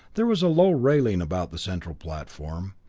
there was a low railing about the central platform,